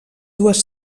dues